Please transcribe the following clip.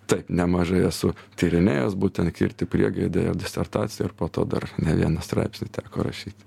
taip nemažai esu tyrinėjęs būtent kirtį priegaidę ir disertaciją ir po to dar ne vieną straipsnį teko rašyt